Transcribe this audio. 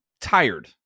tired